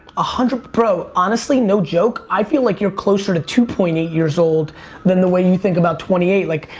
ah bro, honestly, no joke, i feel like you're closer to two point eight years old than the way you think about twenty eight. like,